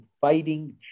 fighting